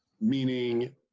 Meaning